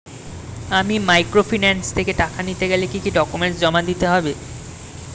আমি মাইক্রোফিন্যান্স থেকে টাকা নিতে গেলে কি কি ডকুমেন্টস জমা দিতে হবে?